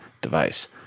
device